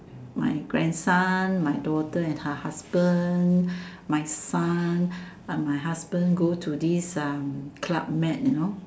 my grandson my daughter and her husband my son let my husband go to this um club med you know